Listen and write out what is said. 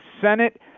Senate